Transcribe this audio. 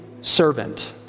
servant